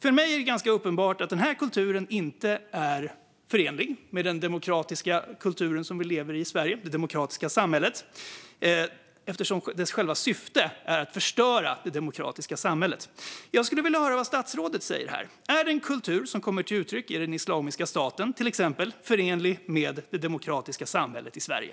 För mig är det ganska uppenbart att denna kultur inte är förenlig med den kultur som vi i Sverige lever i det demokratiska samhället - eftersom själva syftet är att förstöra detta samhälle. Jag skulle vilja höra vad statsrådet säger här. Är den kultur som kommer till uttryck i till exempel Islamiska staten förenlig med det demokratiska samhället i Sverige?